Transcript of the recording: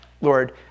Lord